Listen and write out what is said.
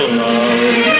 love